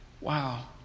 Wow